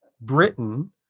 Britain